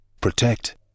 Protect